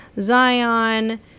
Zion